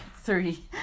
three